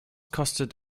kostet